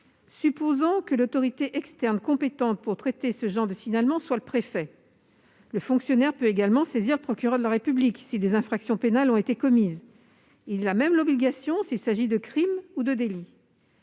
Supposons que l'autorité externe compétente pour traiter ce genre de signalement soit le préfet. Le fonctionnaire peut également saisir le procureur de la République si des infractions pénales ont été commises ; il en a même l'obligation s'il s'agit de crimes ou de délits.